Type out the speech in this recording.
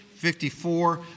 54